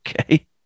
Okay